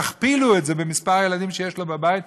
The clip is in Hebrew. תכפילו את זה במספר הילדים שיש לו בבית,